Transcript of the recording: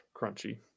crunchy